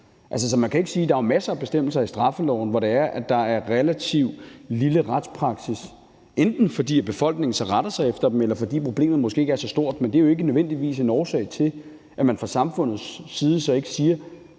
Der er jo masser af bestemmelser i straffeloven, hvor der er relativt lille retspraksis, enten fordi befolkningen så retter sig efter dem, eller fordi problemet måske ikke er så stort. Men det er jo ikke nødvendigvis en årsag til, at man fra samfundets side siger,